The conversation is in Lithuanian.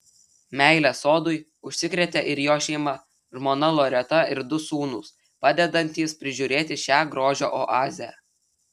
meile sodui užsikrėtė ir jo šeima žmona loreta ir du sūnūs padedantys prižiūrėti šią grožio oazę